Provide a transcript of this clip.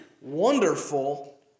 wonderful